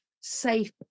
safe